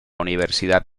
universidad